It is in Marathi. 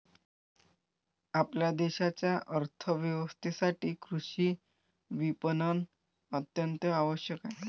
आपल्या देशाच्या अर्थ व्यवस्थेसाठी कृषी विपणन अत्यंत आवश्यक आहे